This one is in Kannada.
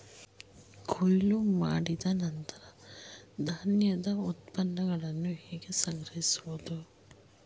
ಕೊಯ್ಲು ಮಾಡಿದ ನಂತರ ಧಾನ್ಯದ ಉತ್ಪನ್ನಗಳನ್ನು ಹೇಗೆ ಸಂಗ್ರಹಿಸುವುದು?